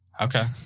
okay